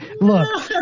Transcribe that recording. look